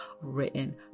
written